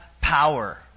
power